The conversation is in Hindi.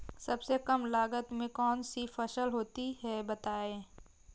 सबसे कम लागत में कौन सी फसल होती है बताएँ?